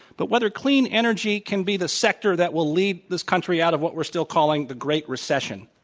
but whether clean energy can be the sector that will lead this country out of what we're still calling the great recession.